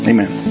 Amen